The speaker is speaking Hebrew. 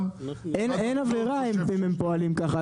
אין עבירה אם הם פועלים ככה,